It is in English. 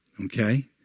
okay